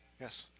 Yes